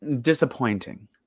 disappointing